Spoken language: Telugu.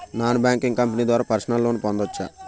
నాన్ బ్యాంకింగ్ కంపెనీ ద్వారా పర్సనల్ లోన్ పొందవచ్చా?